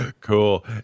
Cool